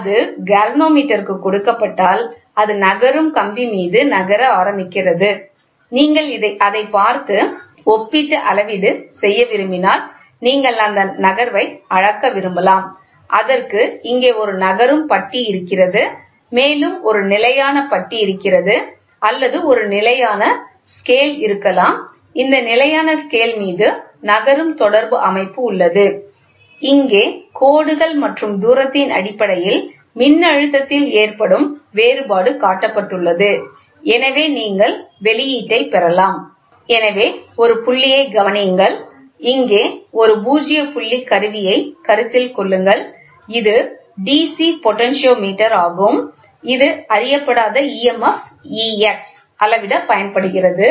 அது கால்வனோமீட்டர் கொடுக்கப்பட்டால் அது நகரும் கம்பி மீது நகர ஆரம்பிக்கிறது நீங்கள் அதைப் பார்த்து ஒப்பீட்டு அளவீடு செய்ய விரும்பினால் நீங்கள் அந்த நகர்வை அளக்க விரும்பலாம் அதற்கு இங்கே ஒரு நகரும் பட்டி இருக்கிறது மேலும் ஒரு நிலையான பட்டி இருக்கிறது அல்லது அது ஒரு நிலையான ஸ்கேல் இருக்கலாம் இந்த நிலையான ஸ்கேல் மீது நகரும் தொடர்பு அமைப்பு உள்ளது இங்கே கோடுகள் மற்றும் தூரத்தின் அடிப்படையில் மின்னழுத்தத்தில் ஏற்படும் வேறுபாடு காட்டப்பட்டுள்ளது எனவே நீங்கள் வெளியீட்டைப் பெறலாம் எனவே ஒரு புள்ளியைக் கவனியுங்கள் இங்கே ஒரு பூஜ்ய புள்ளி கருவியைக் கருத்தில் கொள்ளுங்கள் இது DC பொட்டென்டோமீட்டர் ஆகும் இது அறியப்படாத emf EX அளவிடப் பயன்படுகிறது